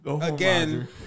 again